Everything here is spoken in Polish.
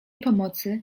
pomocy